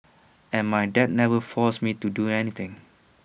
and my dad never forced me to do anything